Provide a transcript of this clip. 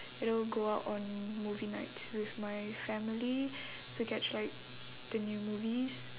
you know go out on movie nights with my family to catch like the new movies